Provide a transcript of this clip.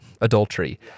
adultery